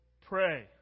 pray